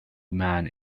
man